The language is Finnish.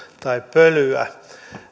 tai pölyä